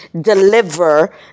deliver